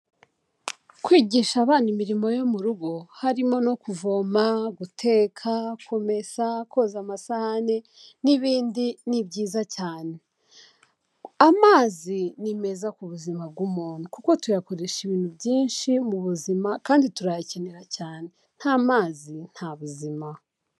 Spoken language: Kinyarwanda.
Kwigisha abana imirimo yo mu rugo harimo no kuvoma, guteka, kumesa koza amasahane n'ibindi ni byiza cyane, amazi ni meza ku buzima bw'umuntu kuko tuyakoresha ibintu byinshi mu buzima kandi turayakenera cyane, nta mazi nta buzima.